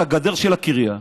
את הגדר של הקריה.